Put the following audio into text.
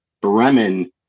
Bremen